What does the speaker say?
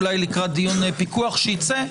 אולי לקראת דיון פיקוח שייצא,